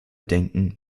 denken